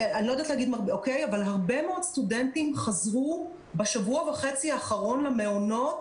הרבה מאוד סטודנטים חזרו בשבוע וחצי האחרון למעונות,